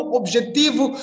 objetivo